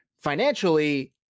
financially